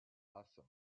assam